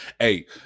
hey